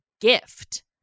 gift